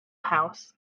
house